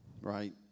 right